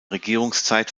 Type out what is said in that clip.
regierungszeit